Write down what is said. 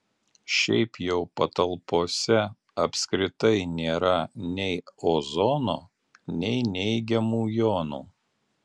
šiaip jau patalpose apskritai nėra nei ozono nei neigiamų jonų